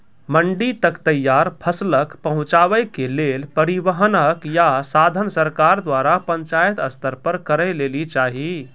मंडी तक तैयार फसलक पहुँचावे के लेल परिवहनक या साधन सरकार द्वारा पंचायत स्तर पर करै लेली चाही?